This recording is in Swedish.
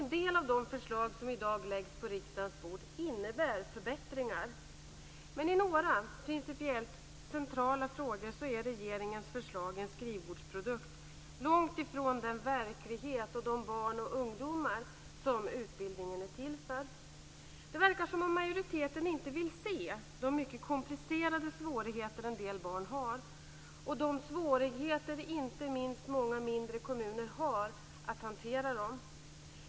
En del av de förslag som i dag läggs på riksdagens bord innebär förbättringar men i några principiellt centrala frågor är regeringens förslag en skrivbordsprodukt, långt ifrån den verklighet och de barn och ungdomar som utbildningen är till för. Majoriteten verkar inte vilja se de mycket stora svårigheter som en del barn har och de svårigheter som inte minst många mindre kommuner har när det gäller att hantera dessa.